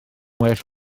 well